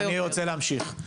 אני רוצה להמשיך.